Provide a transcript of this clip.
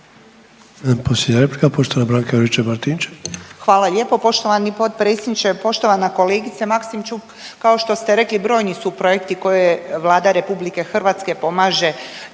Hvala lijepo poštovani potpredsjedniče. Poštovana kolegice Maksimčuk, kao što ste rekli brojni su projekti koje Vlada RH pomaže